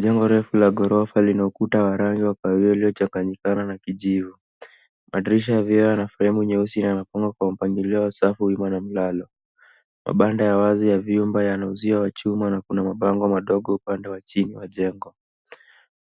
Jengo refu la ghorofa lina ukuta wa rangi ya kahawia uliochanganyikana na kijivu. Madirisha ya vioo yana fremu nyeusi na imepangwa kwa mpangilio wa safu imara malalo. Mabanda ya wazi ya vyumba yana uzio wa chuma na kuna mabango madogo upande wa chini wa jengo.